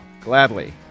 Gladly